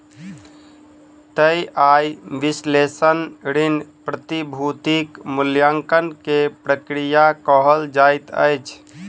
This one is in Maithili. तय आय विश्लेषण ऋण, प्रतिभूतिक मूल्याङकन के प्रक्रिया कहल जाइत अछि